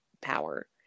power